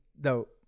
dope